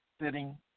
sitting